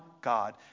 God